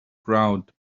crowd